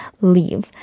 leave